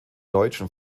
deutschen